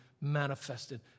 manifested